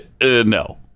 No